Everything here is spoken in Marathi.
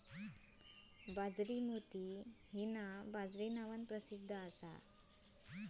बाजरी मोती बाजरी नावान प्रसिध्द असा